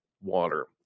water